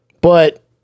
But-